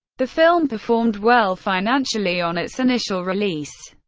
the film performed well financially on its initial release.